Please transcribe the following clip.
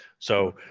so,